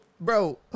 bro